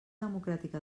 democràtica